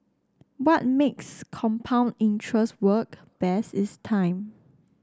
what makes compound interest work best is time